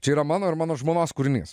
čia yra mano ir mano žmonos kūrinys